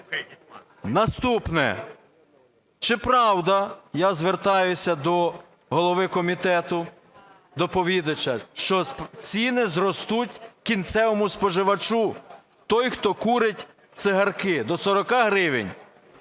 Наступне. Чи правда, я звертаюся до голови комітету, доповідача, що ціни зростуть кінцевому споживачу, той, хто курить цигарки, до 40 гривень?